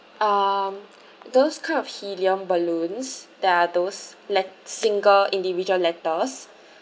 um those kind of helium balloons there are those let~ single individual letters